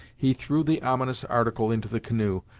he threw the ominous article into the canoe,